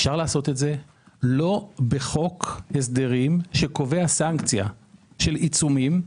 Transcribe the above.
אפשר לעשות את זה לא בחוק הסדרים שקובע סנקציה של עיצומים,